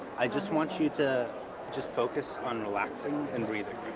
i just want you to just focus on relaxing and breathing.